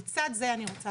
לצד זה אני רוצה